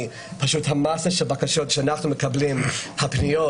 המסה של הבקשות שאנחנו מקבלים, הפניות